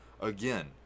Again